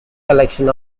collection